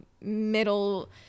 middle